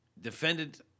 Defendant